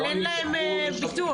אבל אין להם ביטוח.